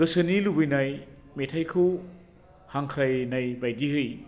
गोसोनि लुबैनाय मेथायखौ हांख्रायनाय बायदियै